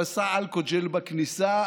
הוא עשה אלכו-ג'ל בכניסה,